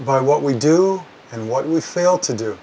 by what we do and what we fail to do